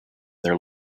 their